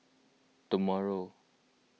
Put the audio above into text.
tomorrow